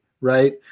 Right